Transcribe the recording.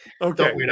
Okay